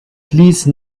please